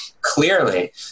clearly